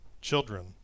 Children